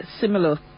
similar